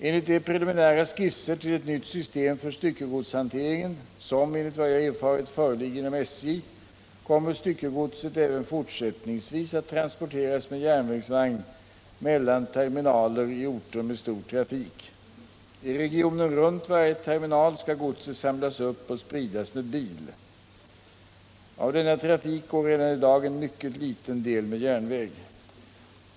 Enligt de preliminära skisser till ett nytt system för styckegodshanteringen som, enligt vad jag har erfarit, föreligger inom SJ kommer styckegodset även fortsättningsvis att transporteras med järnvägsvagn mellan terminaler i orter med stor trafik. I regionen runt varje terminal skall godset samlas upp och spridas med bil. Av denna trafik går redan i dag en mycket liten del med järnväg.